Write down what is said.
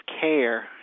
care